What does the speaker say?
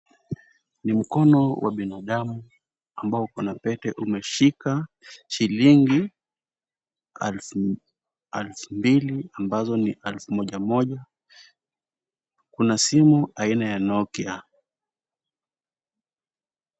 Ni mkono wa binadamu ambao uko na pete. Umeshika shilingi alfu mbili ambazo ni alfu moja moja. Kuna simu aina ya Nokia.